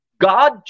God